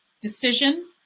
decision